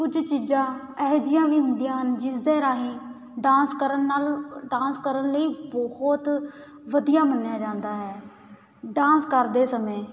ਕੁਝ ਚੀਜ਼ਾਂ ਇਹੋ ਜਿਹੀਆਂ ਵੀ ਹੁੰਦੀਆਂ ਹਨ ਜਿਸ ਦੇ ਰਾਹੀਂ ਡਾਂਸ ਕਰਨ ਨਾਲ ਡਾਂਸ ਕਰਨ ਲਈ ਬਹੁਤ ਵਧੀਆ ਮੰਨਿਆ ਜਾਂਦਾ ਹੈ ਡਾਂਸ ਕਰਦੇ ਸਮੇਂ